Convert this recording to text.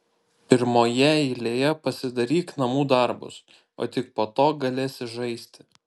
pirmoje eilėje pasidaryk namų darbus o tik po to galėsi žaisti